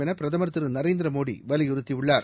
எனபிரதமர் திருநரேந்திரமோடிவலியுறுத்தியுள்ளார்